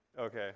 Okay